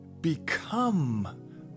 become